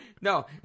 No